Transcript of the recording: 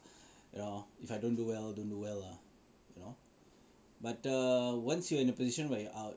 you know if I don't do well then don't do well lah you know but uh once you are in a position where you are out